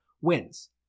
wins